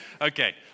Okay